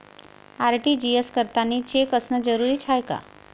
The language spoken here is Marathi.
आर.टी.जी.एस करतांनी चेक असनं जरुरीच हाय का?